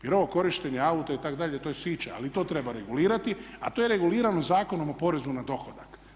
Jer ovo korištenje auta itd. to je sića, ali i to treba regulirati, a to je regulirano Zakonom o porezu na dohodak.